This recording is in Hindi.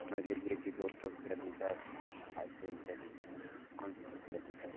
समझ लीजिए की दो सौ रुपया लीटर ढाई सौ रुपया लीटर पाँच सौ रुपया लीटर